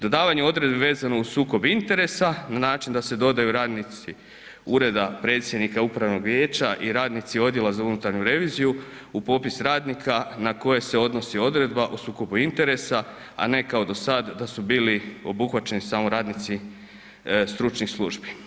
Dodavanje odredbe vezano uz sukob interesa na način da se dodaju radnici ureda predsjednika upravnog vijeća i radnici Odjela za unutarnju reviziju u popis radnika na koje se odnosi odredba o sukobu interesa a ne kao do sad da su bili obuhvaćeni samo radnici stručnih službi.